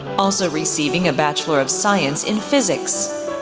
also receiving a bachelor of science in physics.